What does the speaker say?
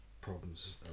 problems